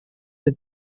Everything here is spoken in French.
des